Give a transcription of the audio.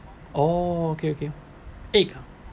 oh okay okay eh